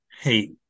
hate